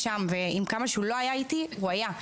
עם כמה שהוא לא היה איתי, הוא היה.